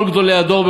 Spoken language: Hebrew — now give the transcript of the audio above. כל גדולי הדור,